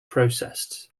processed